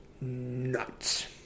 nuts